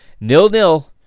Nil-nil